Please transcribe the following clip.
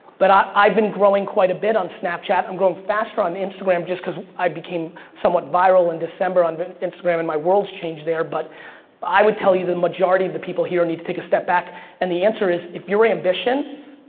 but i've been growing quite a bit on snapchat. i'm growing faster on instagram just because i became somewhat viral in december on instagram and my worlds' changed there but i would tell you the majority of the people here need to take a step back and the answer is, if you're ambitious,